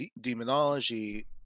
demonology